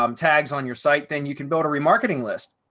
um tags on your site, then you can build a remarketing list.